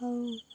ଆଉ